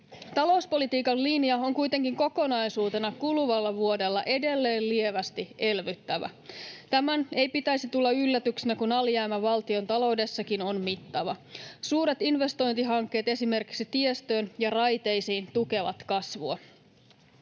Talouspolitiikan linja on kuitenkin kokonaisuutena kuluvalla vuodella edelleen lievästi elvyttävä. Tämän ei pitäisi tulla yllätyksenä, kun alijäämä valtiontaloudessakin on mittava. Suuret investointihankkeet esimerkiksi tiestöön ja raiteisiin tukevat kasvua.